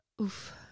oof